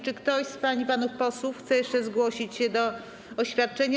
Czy ktoś z pań i panów posłów chce jeszcze zgłosić się do wygłoszenia oświadczenia?